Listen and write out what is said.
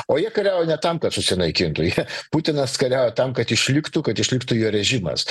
o jie kariauja ne tam kad susinaikintų jie putinas kariauja tam kad išliktų kad išliktų jo režimas